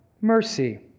mercy